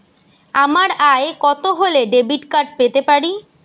আমার আয় কত হলে ডেবিট কার্ড পেতে পারি?